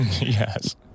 Yes